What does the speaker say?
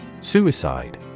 Suicide